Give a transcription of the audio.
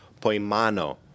poimano